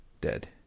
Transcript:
dead